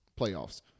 playoffs